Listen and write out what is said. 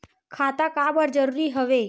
खाता का बर जरूरी हवे?